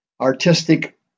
artistic